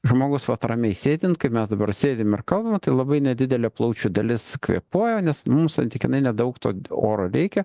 žmogus vat ramiai sėdint kaip mes dabar sėdim ir kalbam tai labai nedidelė plaučių dalis kvėpuoja nes nu mum santykinai nedaug to oro reikia